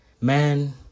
Man